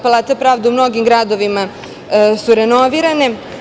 Palate pravde u mnogim gradovima su renovirane.